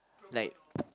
like